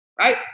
right